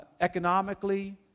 economically